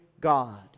God